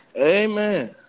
Amen